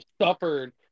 suffered